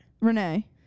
renee